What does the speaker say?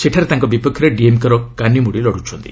ସେଠାରେ ତାଙ୍କ ବିପକ୍ଷରେ ଡିଏମ୍କେର କାନିମୋଡ଼ି ଲଢ଼ୁଛନ୍ତି